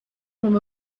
from